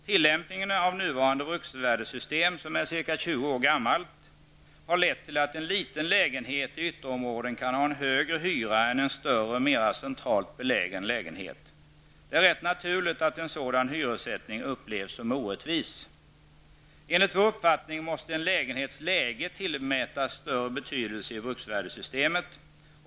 Tillämpningen av nuvarande bruksvärdessystem, som är ca 20 år gammalt, har lett till att en liten lägenhet i ytterområden kan ha en högre hyra än en större, mera centralt belägen lägenhet. Det är rätt naturligt att en sådan hyressättning upplevs som orättvis. Enligt vår uppfattning måste en lägenhets läge tillmätas större betydelse i bruksvärdessystemet.